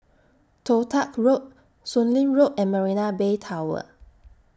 Toh Tuck Road Soon Lee Road and Marina Bay Tower